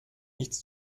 nichts